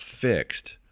Fixed